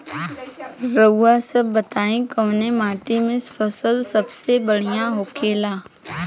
रउआ सभ बताई कवने माटी में फसले सबसे बढ़ियां होखेला?